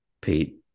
Pete